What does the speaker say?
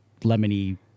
lemony